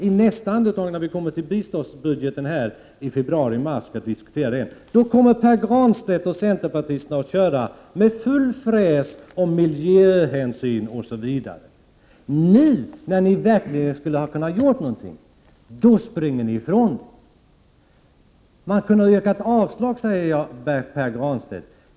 I nästa andetag, när vi i februari-mars skall diskutera biståndsbudgeten, kommer Pär Granstedt och centerpartisterna att gå på för fullt om miljöhänsyn osv. Nu, när ni verkligen skulle ha kunnat göra något, springer ni ifrån möjligheten. Man kunde ha yrkat avslag, säger Pär Granstedt.